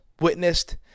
witnessed